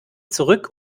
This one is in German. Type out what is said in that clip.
zurück